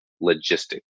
logistics